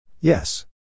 Yes